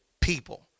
people